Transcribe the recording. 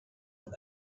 last